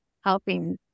helping